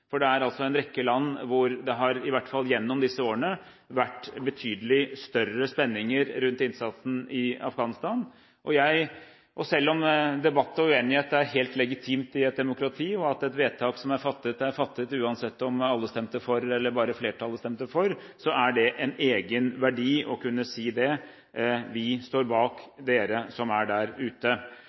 Det er en rekke land hvor det gjennom disse årene har vært betydelig større spenninger rundt innsatsen i Afghanistan, og selv om debatt og uenighet er helt legitimt i et demokrati, og et vedtak som er fattet, er fattet uansett om alle stemte for eller bare flertallet stemte for, har det en egen verdi å kunne si: Vi står bak dere som er der ute.